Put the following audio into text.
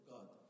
God